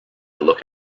look